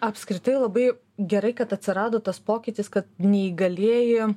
apskritai labai gerai kad atsirado tas pokytis kad neįgalieji